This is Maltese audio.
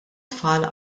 tfal